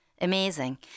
Amazing